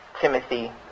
Timothy